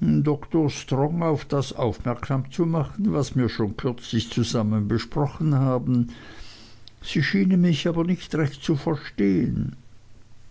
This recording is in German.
dr strong auf das aufmerksam zu machen was mir schon kürzlich zusammen besprochen haben sie schienen mich aber nicht recht zu verstehen